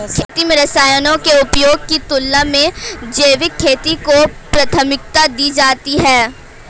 खेती में रसायनों के उपयोग की तुलना में जैविक खेती को प्राथमिकता दी जाती है